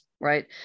right